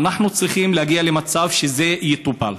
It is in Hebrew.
אנחנו צריכים להגיע למצב שזה יטופל.